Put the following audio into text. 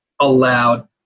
allowed